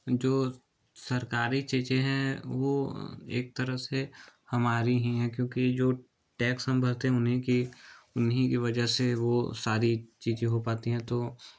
जो सरकारी चीज़ें हैं वो एक तरह से हमारी हैं क्योंकि जो टैक्स हम भरते हैं उन्हीं की उन्हीं की वजह से वो सारी चीज़ें हो पाती हैं तो वो